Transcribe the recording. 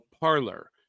Parlor